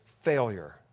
failure